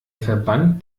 verband